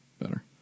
better